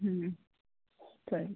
ಸರಿ ಸರ್